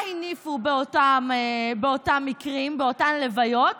מה הניפו באותם מקרים, באותן לוויות?